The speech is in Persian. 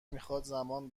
میخواد، زمان